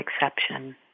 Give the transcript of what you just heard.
exception